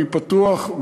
אני פתוח,